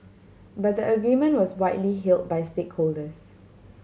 but the agreement was widely hailed by stakeholders